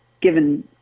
given